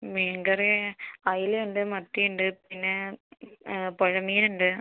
മീൻ കറി ഐല ഉണ്ട് മത്തി ഉണ്ട് പിന്നെ പുഴ മീൻ ഉണ്ട്